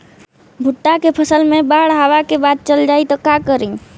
भुट्टा के फसल मे बाढ़ आवा के बाद चल जाई त का करी?